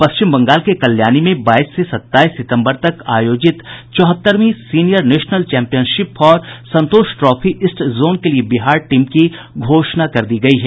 पश्चिम बंगाल के कल्याणी में बाईस से सत्ताईस सितंबर तक आयोजित चौहत्तरवीं senior national championship for Santosh trophy east zone के लिये बिहार टीम की घोषणा कर दी गयी है